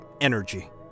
energy